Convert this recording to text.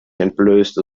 entblößte